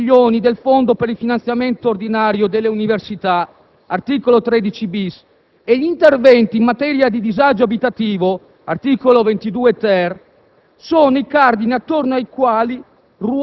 Infine, l'aumento di 16 milioni del fondo per il finanziamento ordinario delle università (articolo 13-*bis*) e gli interventi in materia di disagio abitativo (articolo 22-*ter*).